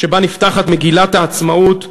שבו נפתחת מגילת העצמאות: